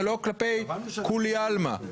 ולא כלפי כולי עלמא.